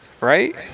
right